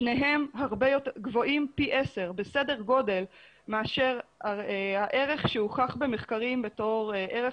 שניהם גבוהים פי 10 בסדר גודל מאשר הערך שהוכח במחקרים כערך